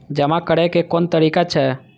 जमा करै के कोन तरीका छै?